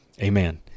Amen